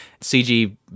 CG